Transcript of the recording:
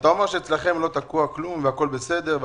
אתה אומר שאצלכם לא תקוע כלום והכול בסדר,